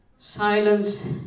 Silence